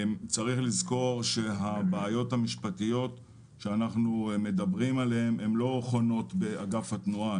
צריך לזכור שהבעיות המשפטיות שאנחנו מדברים עליהן לא חונות באגף התנועה,